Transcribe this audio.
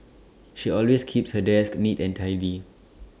she always keeps her desk neat and tidy